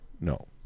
no